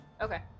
Okay